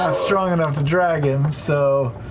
ah strong enough to drag him, so,